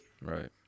Right